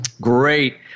Great